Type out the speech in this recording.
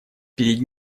перед